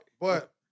But-